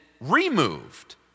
removed